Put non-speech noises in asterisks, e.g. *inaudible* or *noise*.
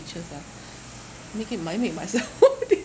features ah make it mine with myself whole day *laughs*